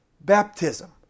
baptism